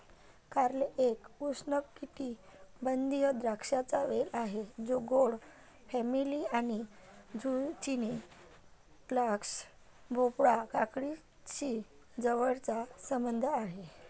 कारले एक उष्णकटिबंधीय द्राक्षांचा वेल आहे जो गोड फॅमिली आणि झुचिनी, स्क्वॅश, भोपळा, काकडीशी जवळचा संबंध आहे